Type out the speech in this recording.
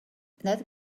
that